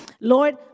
Lord